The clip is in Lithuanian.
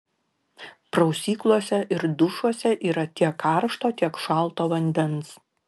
prausyklose ir dušuose yra tiek karšto tiek šalto vandens